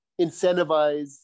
incentivize